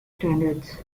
standards